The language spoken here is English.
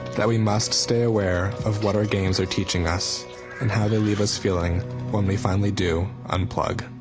that we must stay aware of what our games are teaching us and how they leave us feeling when we finally do unplug.